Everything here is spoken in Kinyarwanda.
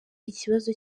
ikibazo